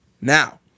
Now